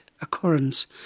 occurrence